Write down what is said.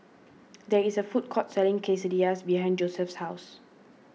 there is a food court selling Quesadillas behind Josef's house